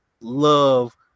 love